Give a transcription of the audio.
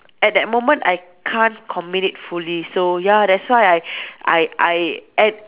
at that moment I can't commit it fully so ya that's why I I I and